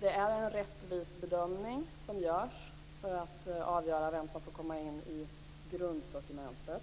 det görs en rättvis bedömning när det gäller att avgöra vad som får komma in i grundsortimentet.